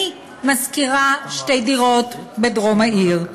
אני משכירה שתי דירות בדרום העיר.